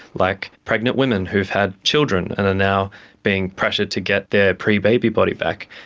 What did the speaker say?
like pregnant women who've had children and are now being pressured to get their pre-baby body back.